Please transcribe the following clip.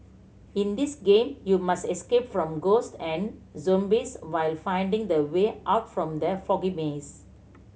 in this game you must escape from ghost and zombies while finding the way out from the foggy maze